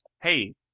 Hey